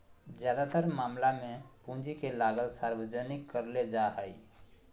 ज्यादातर मामला मे पूंजी के लागत सार्वजनिक करले जा हाई